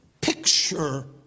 picture